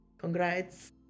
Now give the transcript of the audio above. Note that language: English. Congrats